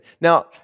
Now